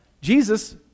Jesus